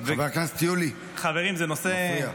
חבר הכנסת יולי, אתה מפריע.